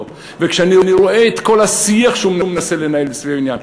וכשאני רואה את כל השיח שהוא מנסה לנהל סביב העניין,